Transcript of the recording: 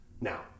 Now